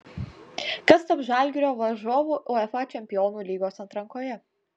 kas taps žalgirio varžovu uefa čempionų lygos atrankoje